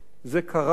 זה קרה,